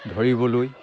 ধৰিবলৈ